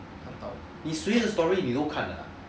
你谁的 story 你都看 ah